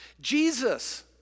Jesus